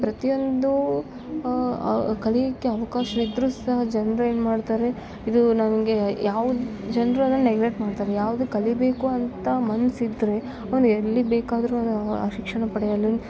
ಪ್ರತಿ ಒಂದು ಕಲೀಲಿಕ್ಕೆ ಅವಕಾಶ ಇದ್ರು ಸಹ ಜನ್ರೇನು ಮಾಡ್ತಾರೆ ಇದು ನಂಗೆ ಯಾವ ಜನರು ಅದನ್ನು ನೆಗ್ಲೆಕ್ಟ್ ಮಾಡ್ತಾರೆ ಯಾವುದು ಕಲಿಬೇಕು ಅಂತ ಮನ್ಸು ಇದ್ರೆ ಅವ್ನು ಎಲ್ಲಿ ಬೇಕಾದರು ಅದು ಶಿಕ್ಷಣ ಪಡೆಯಲು